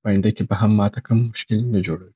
په اینده کي به ماته کم مشکل نه جوړوي.